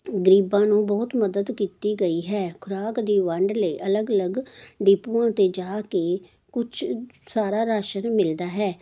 ਗਰੀਬਾਂ ਨੂੰ ਬਹੁਤ ਮਦਦ ਕੀਤੀ ਗਈ ਹੈ ਖੁਰਾਕ ਦੀ ਵੰਡ ਲਈ ਅਲੱਗ ਅਲੱਗ ਡੀਪੂਆਂ 'ਤੇ ਜਾ ਕੇ ਕੁਛ ਸਾਰਾ ਰਾਸ਼ਨ ਮਿਲਦਾ ਹੈ